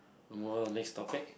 I'll move on to next topic